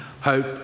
hope